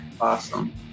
Awesome